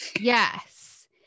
Yes